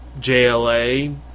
JLA